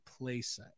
playset